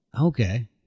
Okay